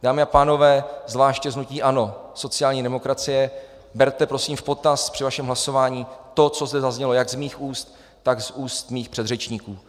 Dámy a pánové, zvláště z hnutí ANO, sociální demokracie, berte prosím v potaz při vašem hlasování to, co zde zaznělo jak z mých úst, tak z úst mých předřečníků.